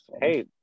hey